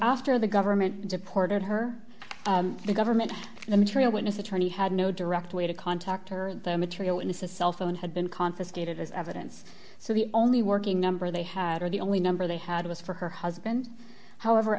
after the government deported her the government the material witness attorney had no direct way to contact her the material in a cell phone had been confiscated as evidence so the only working number they had or the only number they had was for her husband however